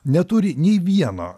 neturi nei vieno